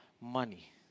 money